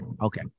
Okay